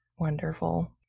Wonderful